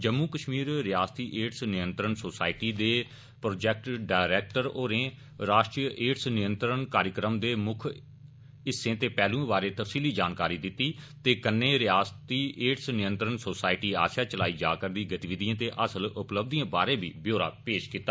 जम्मू कश्मीर रियासती एड्ज नियंत्रन सोसाइटी दे प्रोजैक्ट डायरैक्टर होरें राष्ट्रीय एइज नियंत्रण कार्यक्रम दे मुक्ख हिस्सें ते पैहलुएं बारै तफसीली जानकारी दिती ते कन्नै रियासती एडज नियंत्रण सोसाइटी आसेया चलाई जा रदियें गतिविधियें ते हासल उपलब्धियें बारै बी ब्योरा पेश कीता